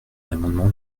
l’amendement